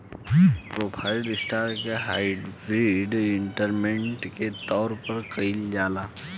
preferred stock के hybrid instrument के तौर पर कइल जाला